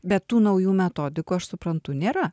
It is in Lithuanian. bet tų naujų metodikų aš suprantu nėra